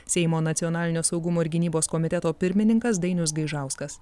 seimo nacionalinio saugumo ir gynybos komiteto pirmininkas dainius gaižauskas